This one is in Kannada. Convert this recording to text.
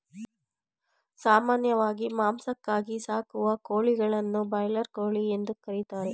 ಸಾಮಾನ್ಯವಾಗಿ ಮಾಂಸಕ್ಕಾಗಿ ಸಾಕುವ ಕೋಳಿಗಳನ್ನು ಬ್ರಾಯ್ಲರ್ ಕೋಳಿ ಎಂದು ಕರಿತಾರೆ